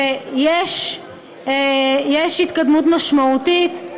ויש התקדמות משמעותית.